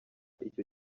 icyo